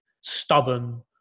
stubborn